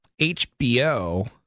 HBO